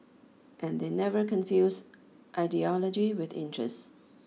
and they never confuse ideology with interest